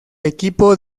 equipo